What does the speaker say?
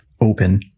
open